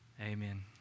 Amen